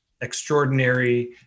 extraordinary